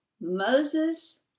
Moses